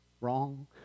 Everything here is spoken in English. Wrong